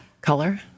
color